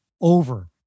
over